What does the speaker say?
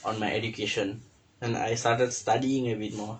on my education then I started studying a bit more